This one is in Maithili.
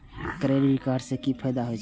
क्रेडिट कार्ड से कि फायदा होय छे?